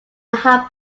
half